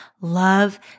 love